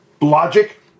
logic